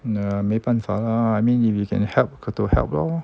yeah 没办法 lah I mean if you can help got to help lor